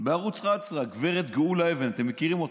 בערוץ 11 גב' גאולה אבן, אתם מכירים אותה,